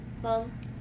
Mom